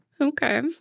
Okay